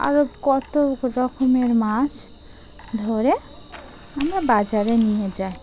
আরো কত রকমের মাছ ধরে আমরা বাজারে নিয়ে যাই